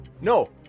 No